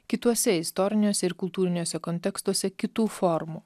kituose istoriniuose ir kultūriniuose kontekstuose kitų formų